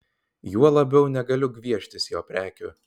juo labiau negaliu gvieštis jo prekių